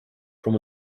from